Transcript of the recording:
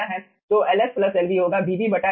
तो Ls Lb होगा Vb A α